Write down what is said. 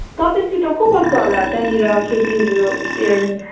तपाईँसित को बस्छ होला त्यहाँनिर खेतीहरू हेर्नु